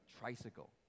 tricycle